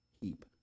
heap